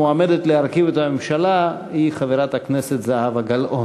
המועמדת להרכיב את הממשלה היא חברת הכנסת זהבה גלאון.